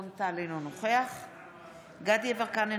אינו נוכח דסטה גדי יברקן,